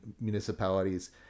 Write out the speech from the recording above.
municipalities